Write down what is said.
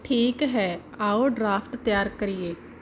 ਠੀਕ ਹੈ ਆਓ ਡਰਾਫਟ ਤਿਆਰ ਕਰੀਏ